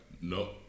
no